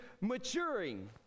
maturing